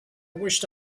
wished